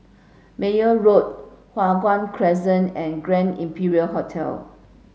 Meyer Road Hua Guan Crescent and Grand Imperial Hotel